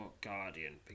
Guardian